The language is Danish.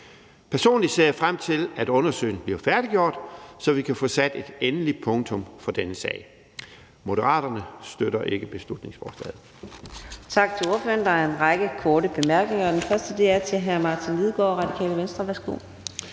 Personligt ser jeg frem til, at undersøgelsen bliver færdiggjort, så vi kan få sat et endeligt punktum for denne sag. Moderaterne støtter ikke beslutningsforslaget.